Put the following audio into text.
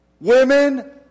women